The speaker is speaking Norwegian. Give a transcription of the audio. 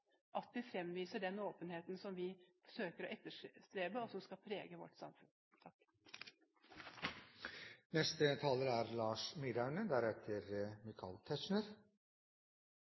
åpenheten vi søker å etterstrebe, og som skal prege vårt samfunn.